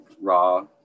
raw